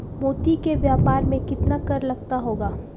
मोती के व्यापार में कितना कर लगता होगा?